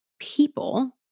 people